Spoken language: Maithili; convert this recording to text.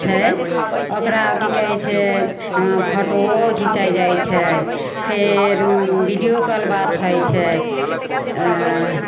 छै ओकरा कि कहय छै फोटोओ घीचा जाइ छै फेर वीडियो कॉल बात होइ छै